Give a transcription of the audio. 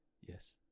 Yes